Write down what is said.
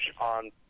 on